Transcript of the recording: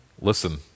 listen